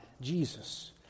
Jesus